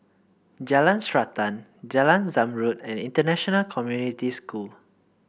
Jalan Srantan Jalan Zamrud and International Community School